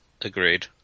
agreed